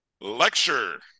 Lecture